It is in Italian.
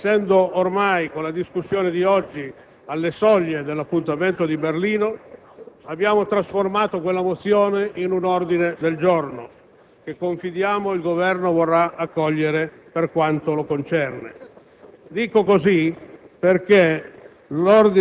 Per esigenze di Regolamento (essendo ormai, con la discussione di oggi, alle soglie dell'appuntamento di Berlino), abbiamo trasformato quella mozione in un ordine del giorno che confidiamo il Governo vorrà accogliere per quanto lo concerne.